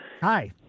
hi